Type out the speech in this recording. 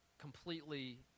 completely